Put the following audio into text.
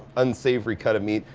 unsavory cut of meat,